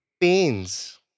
pains